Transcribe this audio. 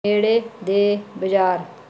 ਨੇੜੇ ਦੇ ਬਾਜ਼ਾਰ